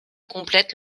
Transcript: complètent